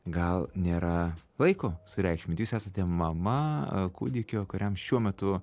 gal nėra laiko sureikšmint jūs esate mama kūdikio kuriam šiuo metu